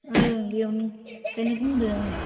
ओं बियावनो बेखोनो बुंदो आङो